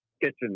kitchen